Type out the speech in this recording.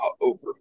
over